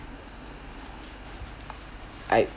I